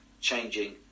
changing